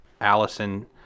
Allison